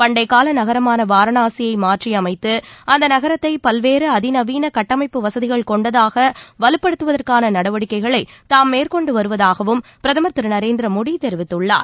பண்டைக்கால நகரமான வாரணாசியை மாற்றியமைத்து அந்த நகரத்தை பல்வேறு அதிநவீன கட்டமைப்பு வசதிகள் கொண்டதாக வலுப்படுத்துவதற்கான நடவடிக்கைகளை தாம் மேற்கொண்டு வருவதாகவும் பிரதமர் திரு நரேந்திர மோடி தெரிவித்துள்ளார்